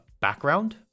background